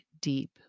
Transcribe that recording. deep